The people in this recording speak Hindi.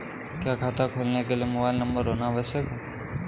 क्या खाता खोलने के लिए मोबाइल नंबर होना आवश्यक है?